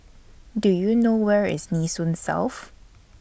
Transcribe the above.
Do YOU know Where IS Nee Soon South